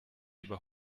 über